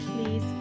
please